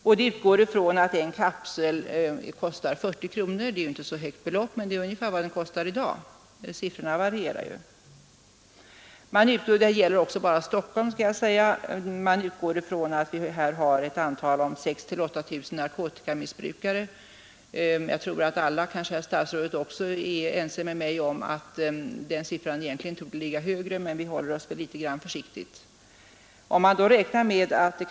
Man utgår från att en kapsel kostar 40 kronor, vilket är det ungefärliga priset i dag — siffrorna varierar. Skissen gäller enbart Stockholm, och antalet dagliga missbrukare i huvudstaden uppskattas till 6 000—8 000. Alla, kanske även herr statsrådet, torde vara ense med mig om att den riktiga siffran ligger avsevärt högre. Men vi håller oss försiktigtvis till 6 000—8 000.